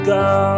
go